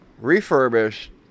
refurbished